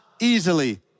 easily